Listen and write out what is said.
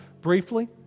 briefly